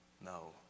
No